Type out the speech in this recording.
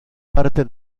parte